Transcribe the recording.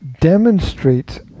demonstrate